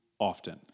Often